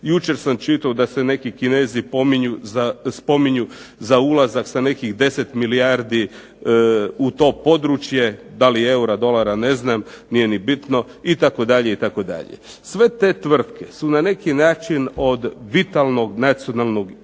Jučer sam čitao da se neki Kinezi spominju za ulazak sa nekih 10 milijardi u to područje, da li eura, dolara, ne znam, nije ni bitno itd. Sve te tvrtke su na neki način od vitalnog nacionalnog interesa,